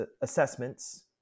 assessments